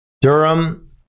Durham